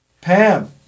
Pam